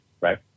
right